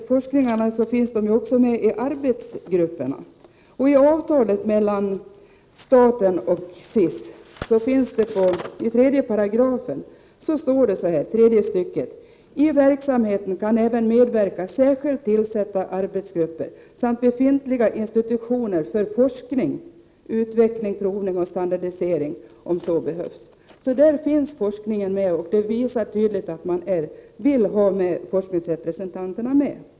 Forskarna finns ju också representerade i arbetsgrupperna. I avtalet mellan staten och SIS står det i 3§ tredje stycket: ”I verksamheten kan även medverka särskilt tillsatta arbetsgrupper samt befintliga institutioner för forskning, utveckling, provning och standardisering om så behövs.” Detta visar tydligt att man vill ha forskarrepresentanterna med.